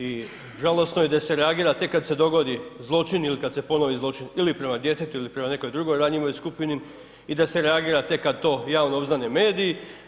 I žalosno je da se reagira tek kada se dogodi zločin ili kada se ponovi zločin ili prema djetetu ili prema nekoj drugoj ranjivoj skupini i da se reagira tek kad to javno obznane mediji.